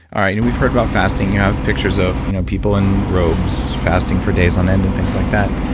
all right, and we've heard about fasting, you have pictures of you know people in robes fasting for days on end and things like that.